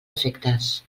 efectes